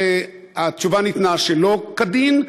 שהתשובה ניתנה שלא כדין,